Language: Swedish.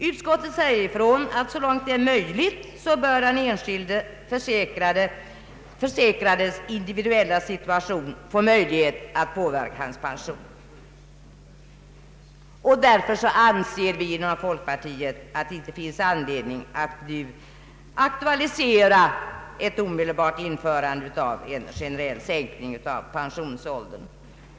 Utskottet säger ifrån att så långt det är möjligt bör den enskilde försäkrades individuella situation få möjlighet att påverka hans pension. Därför anser vi inom folkpartiet att det inte finns anledning att nu aktualisera ett omedelbart införande av en generell sänkning av pensionsåldern.